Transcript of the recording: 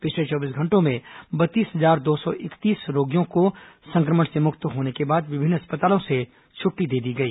पिछले चौबीस घंटों में बत्तीस हजार दो सौ इकतीस रोगियों को संक्रमण से मुक्त होने के बाद विभिन्न अस्पतालों से छुट्टी दे दी गई